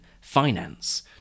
finance